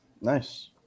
Nice